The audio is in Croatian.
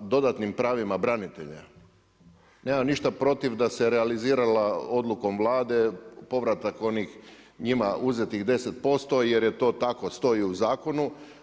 dodatnim pravima branitelja nemam ništa protiv da se realizirala odlukom Vlade povratak onih njima uzetih 10% jer je to tako, stoji u zakonu.